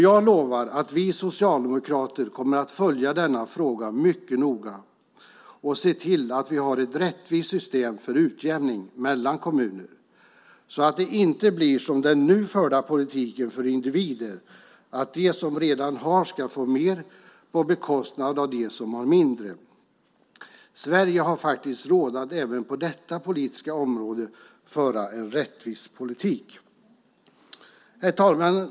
Jag lovar att vi socialdemokrater kommer att följa denna fråga mycket noga och se till att vi har ett rättvist system för utjämning mellan kommuner så att det inte blir som den nu förda politiken för individer - att de som redan har ska få mer på bekostnad av dem som har mindre. Sverige har faktiskt råd att även på detta politiska område föra en rättvis politik. Herr talman!